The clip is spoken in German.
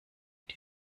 die